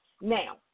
Now